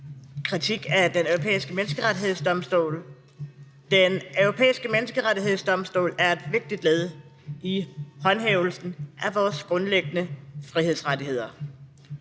kritik af Den Europæiske Menneskerettighedsdomstol. Den Europæiske Menneskerettighedsdomstol er et vigtigt led i håndhævelsen af vores grundlæggende frihedsrettigheder: